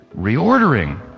Reordering